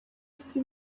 isi